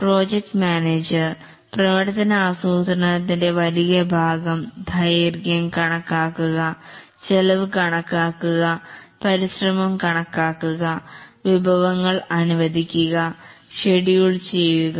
project manager പ്രവർത്തന ആസൂത്രണത്തിൻറെ വലിയ ഭാഗം ദൈർഘ്യം കണക്കാക്കുക ചെലവ് കണക്കാക്കുക പരിശ്രമം കണക്കാക്കുക വിഭവങ്ങൾ അനുവദിക്കുക ഷെഡ്യൂൾ ചെയ്യുക